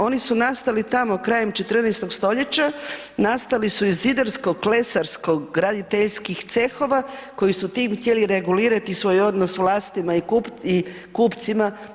Oni su nastali tamo krajem 14. stoljeća, nastali su iz zidarsko, klesarskog, graditeljskih cehova koji su tim htjeli regulirati svoj odnos s vlastima i kupcima.